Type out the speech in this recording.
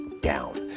down